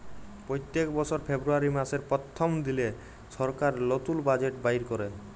প্যত্তেক বসর ফেব্রুয়ারি মাসের পথ্থম দিলে সরকার লতুল বাজেট বাইর ক্যরে